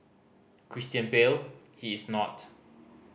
Christian Bale he is not